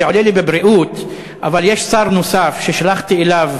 זה עולה לי בבריאות אבל יש שר נוסף ששלחתי אליו